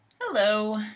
Hello